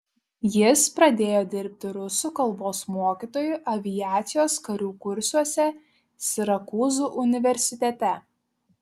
jis pradėjo dirbti rusų kalbos mokytoju aviacijos karių kursuose sirakūzų universitete